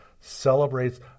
celebrates